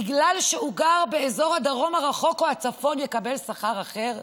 בגלל שהוא גר באזור הדרום הרחוק או הצפון יקבל שכר אחר?